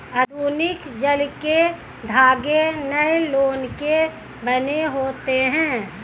आधुनिक जाल के धागे नायलोन के बने होते हैं